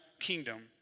kingdom